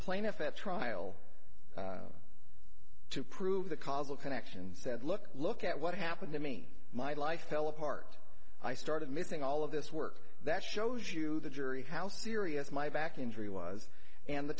plaintiff at trial to prove the causal connection said look look at what happened to me my life fell apart i started missing all of this work that shows you the jury how serious my back injury was and the